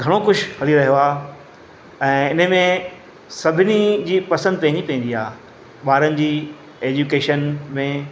घणो ख़ुशि हली रहियो आहे ऐं इन में सभिनी जी पसंदि पंहिंजी पंहिंजी आहे ॿारनि जी एजुकेशन में